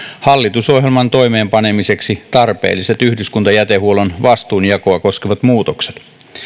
hallitusohjelman toimeenpanemiseksi tarpeelliset yhdyskuntajätehuollon vastuunjakoa koskevat muutokset